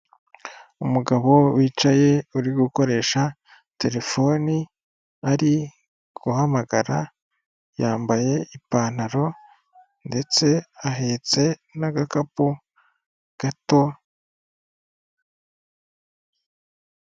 Umugabo wicaye uri gukoresha terefone ari guhamagara yambaye ipantaro ndetse ahetse n'agakapu gato.